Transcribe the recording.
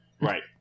Right